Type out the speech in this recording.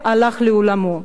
לעולמו,